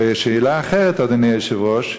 ושאלה אחרת, אדוני היושב-ראש: